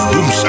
Boom